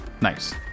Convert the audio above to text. Nice